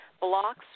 blocks